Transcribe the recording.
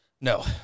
No